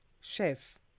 Chef